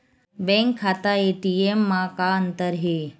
Bank खाता ATM मा का अंतर हे?